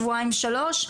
שבועיים שלוש,